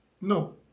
no